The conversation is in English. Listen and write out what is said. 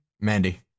Mandy